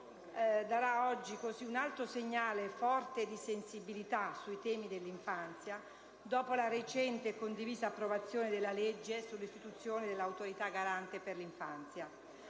darà oggi un altro segnale forte di sensibilità sui temi dell'infanzia, dopo la recente e condivisa approvazione della legge sull'istituzione dell'Autorità garante per l'infanzia.